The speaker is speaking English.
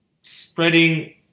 spreading